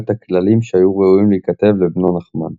את הכללים שהיו ראויים להיכתב לבנו נחמן.